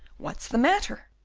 what's the matter?